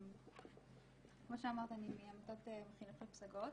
כמו שאמרת אני מעמותת חינוך לפסגות,